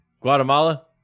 Guatemala